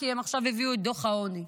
כי הם עכשיו הביאו את דוח העוני.